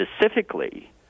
specifically